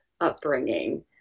upbringing